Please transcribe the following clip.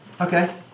Okay